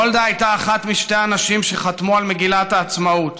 גולדה הייתה אחת משתי הנשים שחתמו על מגילת העצמאות